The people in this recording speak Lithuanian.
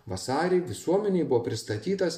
vasarį visuomenei buvo pristatytas